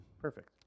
Perfect